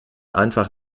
einfach